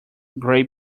gray